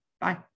bye